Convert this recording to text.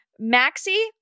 maxi